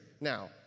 now